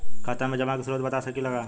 खाता में जमा के स्रोत बता सकी ला का?